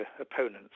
opponents